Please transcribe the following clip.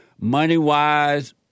Money-wise